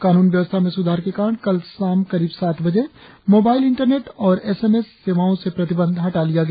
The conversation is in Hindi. कानून व्यवस्था में सुधार के कारण कल शाम करीब सात बजे मोबाइल इंटरनेंट और एस एम एस सेवाओ से प्रतिबंध हटा लिया गया